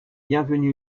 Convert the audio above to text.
bienvenu